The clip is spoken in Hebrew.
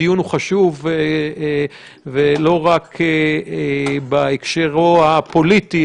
הדיון הוא חשוב לא רק בהקשרו הפוליטי,